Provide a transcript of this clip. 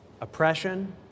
oppression